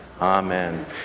Amen